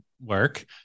work